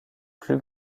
plus